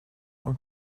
und